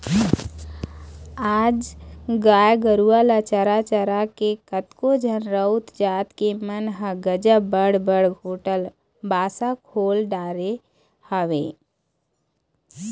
आज गाय गरुवा ल चरा चरा के कतको झन राउत जात के मन ह गजब बड़ बड़ होटल बासा खोल डरे हवय